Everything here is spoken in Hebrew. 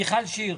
מיכל שיר.